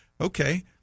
okay